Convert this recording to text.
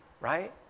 right